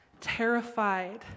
terrified